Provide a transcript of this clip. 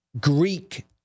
Greek